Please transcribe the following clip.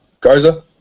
Garza